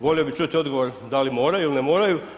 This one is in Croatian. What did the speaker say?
Volio bih čuti odgovor da li moraju ili ne moraju.